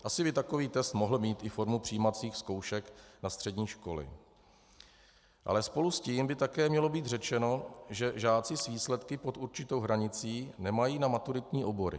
Asi by takový trest mohl mít i formu přijímacích zkoušek na střední školy, ale spolu s tím by také mělo být řečeno, že žáci s výsledky pod určitou hranicí nemají na maturitní obory.